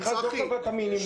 המכרז לא קבע את המינימום,